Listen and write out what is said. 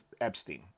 Epstein